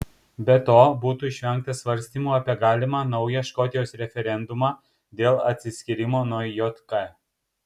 be to būtų išvengta svarstymų apie galimą naują škotijos referendumą dėl atsiskyrimo nuo jk